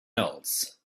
else